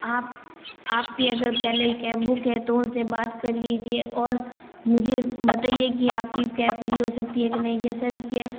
आप आपकी अगर पहले ही कैब बुक है तो उनसे बात कर लीजिए और मुझे बताइए कि आपकी कैब फ़्री हो सकती है कि नहीं जैसे मुझे